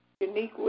unique